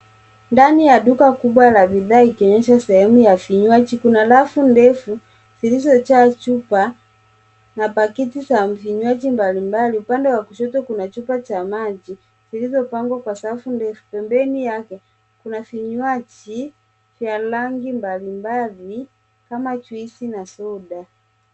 Ndani ya duka kubwa la bidhaa ikionyesha sehemu ya vinywaji. Kuna rafu ndefu zilizojaa chupa na pakiti za vinywaji mbalimbali. Upande wa kushoto, kuna chupa za maji zilizopangwa kwa safu ndefu. Pembeni yake, kuna vinywaji vya rangi mbalimbali kama juisi na soda.